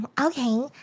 Okay